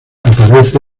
aparece